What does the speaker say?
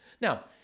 now